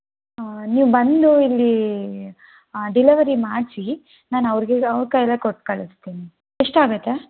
ನೀವು ಬಂದು ಇಲ್ಲಿ ಡೆಲೆವರಿ ಮಾಡಿಸಿ ನಾನು ಅವ್ರಿಗೆ ಅವ್ರ ಕೈಯಲ್ಲೇ ಕೊಟ್ಟು ಕಳಿಸ್ತೀನಿ ಎಷ್ಟಾಗುತ್ತೆ